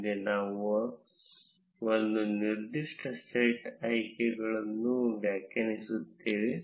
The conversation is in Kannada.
ಮುಂದೆ ನಾವು ಒಂದು ನಿರ್ದಿಷ್ಟ ಸೆಟ್ ಆಯ್ಕೆಗಳನ್ನು ವ್ಯಾಖ್ಯಾನಿಸುತ್ತೇವೆ